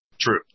True